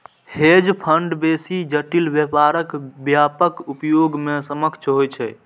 hedge fund बेसी जटिल व्यापारक व्यापक उपयोग मे सक्षम होइ छै